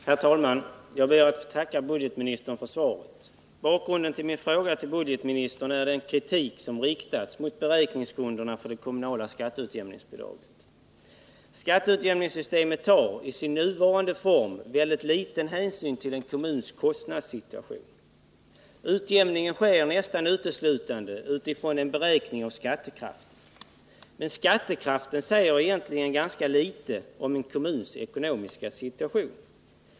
Herr talman! Jag ber att få tacka budgetministern för svaret. Bakgrunden till min fråga till budgetministern är den kritik som riktats mot beräkningsgrunderna för det kommunala skatteutjämningsbidraget. Skatteutjämningssystemet tar, i sin nuvarande form, väldigt liten hänsyn till en kommuns kostnadssituation. Utjämningen sker nästan uteslutande från en beräkning av skattekraften. Men skattekraften säger egentligen ganska litet om en kommuns ekonomiska situation.